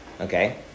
Okay